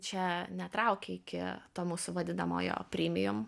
čia netraukia iki to mūsų vadinamojo primium